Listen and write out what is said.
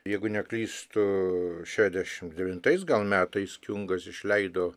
jeigu neklystu šešiasdešimt devintais gal metais kiungas išleido